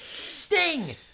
Sting